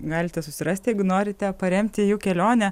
galite susirasti jeigu norite paremti jų kelionę